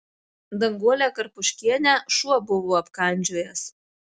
danguolę karpuškienę šuo buvo apkandžiojęs